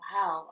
Wow